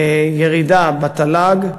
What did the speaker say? ירידה בתל"ג,